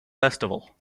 festival